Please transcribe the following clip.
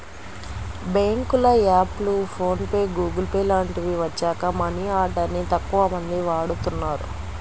బ్యేంకుల యాప్లు, PhonePe, Google Pay లాంటివి వచ్చాక మనీ ఆర్డర్ ని తక్కువమంది వాడుతున్నారు